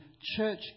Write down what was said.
church